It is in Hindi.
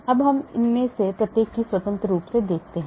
अब हम उनमें से प्रत्येक को स्वतंत्र रूप से देखते हैं